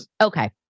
okay